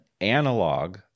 analog